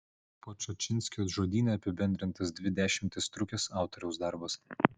podčašinskio žodyne apibendrintas dvi dešimtis trukęs autoriaus darbas